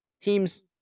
Teams